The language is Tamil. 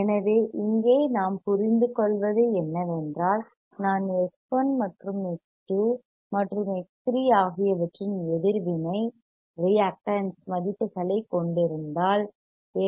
எனவே இங்கே நாம் புரிந்துகொள்வது என்னவென்றால் நான் X1 X2 மற்றும் X3 ஆகியவற்றின் எதிர்வினை reactance ரியாக்டன்ஸ் மதிப்புகளைக் கொண்டிருந்தால்